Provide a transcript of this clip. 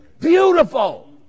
Beautiful